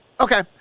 Okay